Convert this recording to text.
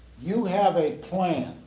you have a plan,